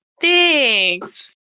Thanks